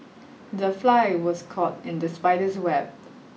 the fly was caught in the spider's web